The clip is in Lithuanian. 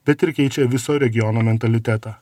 bet ir keičia viso regiono mentalitetą